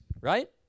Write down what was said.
right